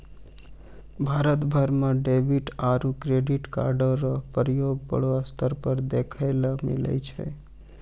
भारत भर म डेबिट आरू क्रेडिट कार्डो र प्रयोग बड़ो स्तर पर देखय ल मिलै छै